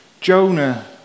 Jonah